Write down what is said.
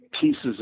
pieces